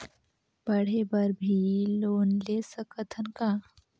पढ़े बर भी लोन ले सकत हन का?